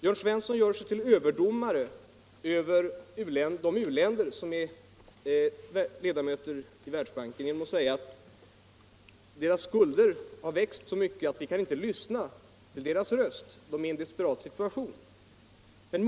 Jörn Svensson gör sig till överdomare över de u-länder som finns i Världsbanken genom att säga att deras skulder har växt så mycket att vi inte kan lyssna till deras röst — de är i en desperat situation.